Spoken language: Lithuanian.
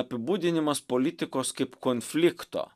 apibūdinimas politikos kaip konflikto